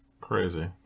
Crazy